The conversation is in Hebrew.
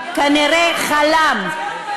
כנראה חלם.